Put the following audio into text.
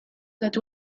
that